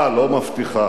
לא מבטיחה,